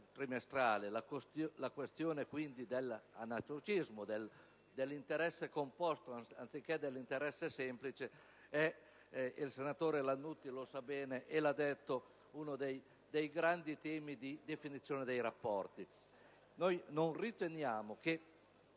alla questione dell'anatocismo e dell'interesse composto anziché dell'interesse semplice. Il senatore Lannutti sa bene che è uno dei grandi temi di definizione dei rapporti.